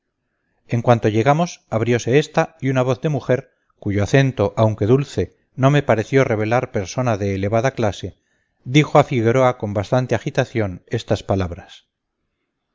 en cuanto llegamos abriose esta y una voz de mujer cuyo acento aunque dulce no me pareció revelar persona de elevada clase dijo a figueroa con bastante agitación estas palabras